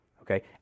okay